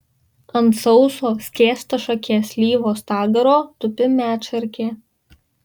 ant sauso skėstašakės slyvos stagaro tupi medšarkė